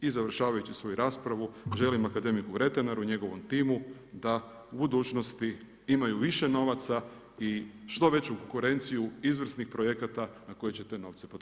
I završavajući svoju raspravu želim akademiku Vretenaru i njegovom timu da u budućnosti imaju više novaca i što veću konkurenciju izvrsnih projekata na koje će te novce potrošiti.